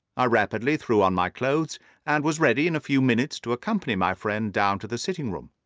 i rapidly threw on my clothes and was ready in a few minutes to accompany my friend down to the sitting-room.